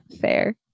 Fair